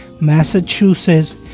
Massachusetts